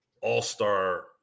all-star